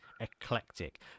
eclectic